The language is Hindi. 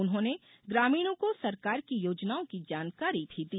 उन्होंने ग्रामीणों को सरकार की योजनाओं की जानकारी भी दी